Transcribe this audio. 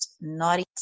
naughty